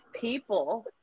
people